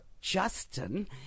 Justin